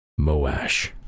Moash